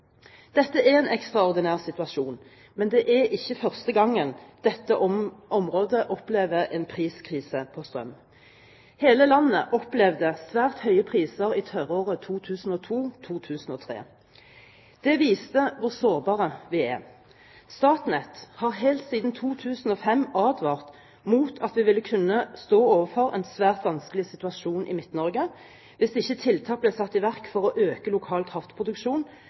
Dette er en ekstraordinær situasjon, men det er ikke første gangen dette området opplever en priskrise på strøm. Hele landet opplevde svært høye priser i tørråret 2002/2003. Det viste hvor sårbare vi er. Statnett har helt siden 2005 advart om at vi vil kunne stå overfor en svært vanskelig situasjon i Midt-Norge hvis ikke tiltak blir satt i verk for å øke lokal kraftproduksjon